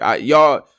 y'all